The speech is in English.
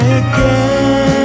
again